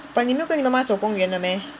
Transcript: but 你没有跟你妈妈走公园了 meh